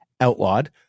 outlawed